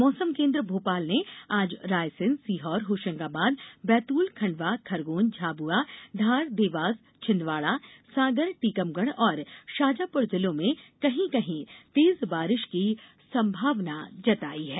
मौसम केन्द्र भोपाल ने आज रायसेन सीहोर होशंगाबाद बैतूल खंडवा खरगोन झाबुआ धार देवास छिन्दवाड़ा सागर टीकमगढ़ और शाजापुर जिलों में कहीं कहीं तेज बारिश की संभावना जताई है